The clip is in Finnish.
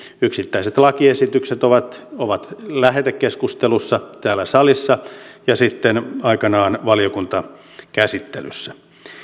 yksittäiset lakiesitykset ovat ovat lähetekeskustelussa täällä salissa ja sitten aikanaan valiokuntakäsittelyssä